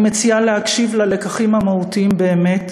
אני מציעה להקשיב ללקחים המהותיים באמת